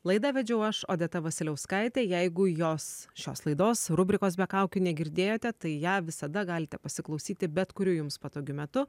laidą vedžiau aš odeta vasiliauskaitė jeigu jos šios laidos rubrikos be kaukių negirdėjote tai ją visada galite pasiklausyti bet kuriuo jums patogiu metu